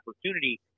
opportunity